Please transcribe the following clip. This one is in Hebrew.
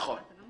נכון.